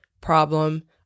problem